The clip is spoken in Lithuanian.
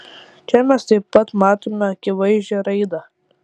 čia mes taip pat matome akivaizdžią raidą